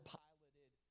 piloted